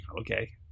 Okay